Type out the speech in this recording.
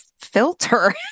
filter